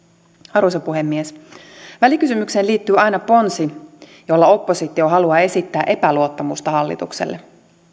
arvoisa puhemies välikysymykseen liittyy aina ponsi jolla oppositio haluaa esittää epäluottamusta hallitukselle